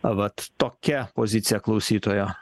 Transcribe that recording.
vat tokia pozicija klausytojo